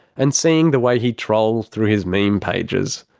and seeing the way he trolls through his meme pages,